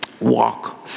walk